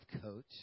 coach